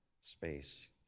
space